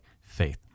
faith